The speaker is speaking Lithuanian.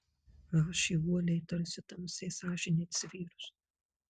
rašė uoliai tarsi tamsiai sąžinei atsivėrus